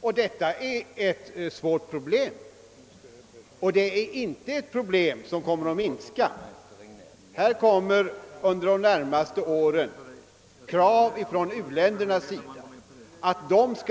Och det är ett svårt problem — och ett problem som inte kommer att bli lättare. Under de närmaste åren kommer u-länderna att resa